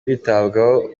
kwitabwaho